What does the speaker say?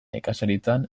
nekazaritzan